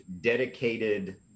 dedicated